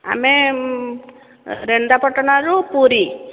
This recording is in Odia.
ଆମେ ରେନ୍ଦାପାଟଣା ରୁ ପୁରୀ